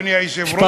אדוני היושב-ראש?